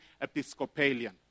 episcopalian